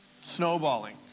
snowballing